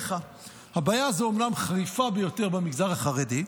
הבעיה הזאת אומנם חריפה ביותר במגזר החרדי,